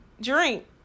drink